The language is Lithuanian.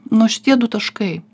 nu šitie du taškai